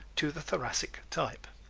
to the thoracic type.